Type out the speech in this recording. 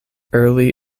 early